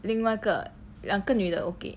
另外那个两个女的 okay